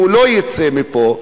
לא יצא מפה,